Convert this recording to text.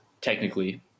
technically